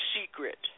secret